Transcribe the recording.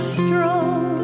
strong